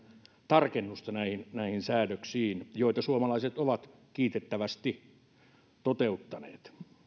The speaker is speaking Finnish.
tarkennusta näihin näihin säädöksiin joita suomalaiset ovat kiitettävästi totelleet